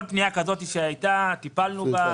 כל פנייה כזאת שהייתה, טיפלנו בה